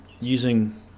using